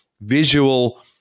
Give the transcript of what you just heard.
visual